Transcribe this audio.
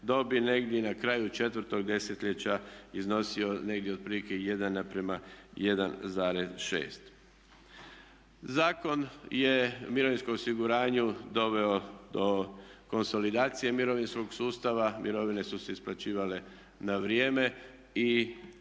dok bi negdje na kraju 4.-og desetljeća iznosio negdje otprilike 1:1,6. Zakon je o mirovinskom osiguranju doveo do konsolidacije mirovinskog sustava, mirovine su se isplaćivale na vrijeme i